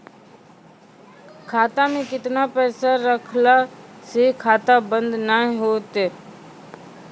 खाता मे केतना पैसा रखला से खाता बंद नैय होय तै?